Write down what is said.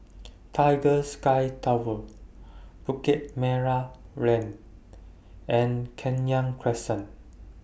Tiger Sky Tower Bukit Merah Lane and Kenya Crescent